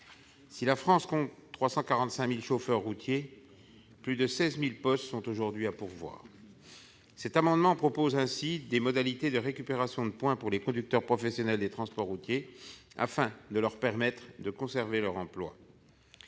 si la France compte 345 000 chauffeurs routiers, plus de 16 000 postes sont aujourd'hui à pourvoir. Aussi proposons-nous des modalités spécifiques de récupération de points pour les conducteurs professionnels des transports routiers, afin de leur permettre de conserver leur emploi.